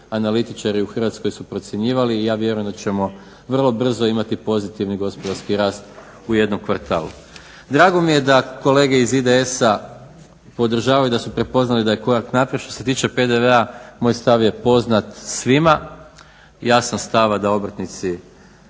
analitičari u Hrvatskoj su procjenjivali i ja vjerujem da ćemo vrlo brzo imati pozitivni gospodarski rast u jednom kvartalu. Drago mi je da kolege iz IDS-a podržavaju i da su prepoznali da je korak naprijed što se tiče PDV-a, moj stav je poznat svima, ja sam stava da obrtnici